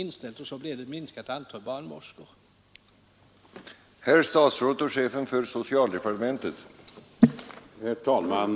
Följden blev alltså att antalet barnmorskor minskade.